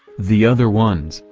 the other ones,